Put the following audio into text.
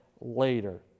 later